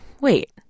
wait